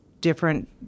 different